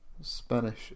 Spanish